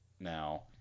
now